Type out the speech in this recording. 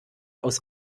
aus